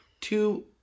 two